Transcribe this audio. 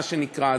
מה שנקרא.